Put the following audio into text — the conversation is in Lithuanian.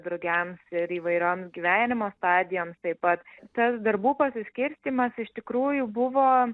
drugiams ir įvairioms gyvenimo stadijoms taip pat tas darbų pasiskirstymas iš tikrųjų buvo